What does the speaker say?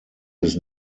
his